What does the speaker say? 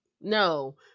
No